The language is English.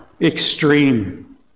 extreme